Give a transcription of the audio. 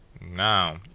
Now